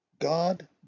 God